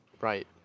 Right